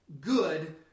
good